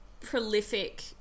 prolific